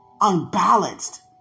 unbalanced